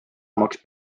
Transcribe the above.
omaks